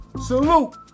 Salute